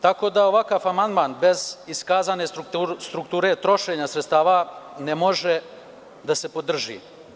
Tako da, ovakav amandman bez iskazane strukture trošenja sredstava ne može da se podrži.